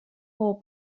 bob